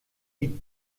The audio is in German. die